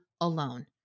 alone